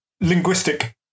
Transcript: linguistic